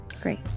Great